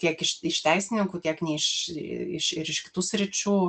tiek iš iš teisininkų tiek ne iš iš ir iš kitų sričių